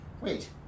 wait